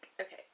Okay